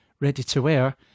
ready-to-wear